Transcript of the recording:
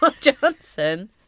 Johnson